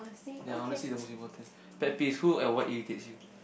ya honesty the most important pet peeves who and what irritates you